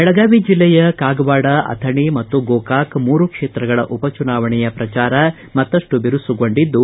ಬೆಳಗಾವಿ ಜಿಲ್ಲೆಯ ಕಾಗವಾಡ ಅಥಣಿ ಮತ್ತು ಗೋಕಾಕ ಮೂರು ಕ್ಷೇತ್ರಗಳ ಉಪ ಚುನಾವಣೆಯ ಪ್ರಚಾರ ಮತ್ತಷ್ಟು ಬಿರಿಸುಗೊಂಡಿದ್ದು